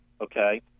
okay